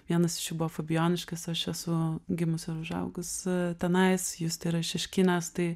vienas iš jų buvo fabijoniškės aš esu gimusi užaugusi tenais justė yra iš šeškinės tai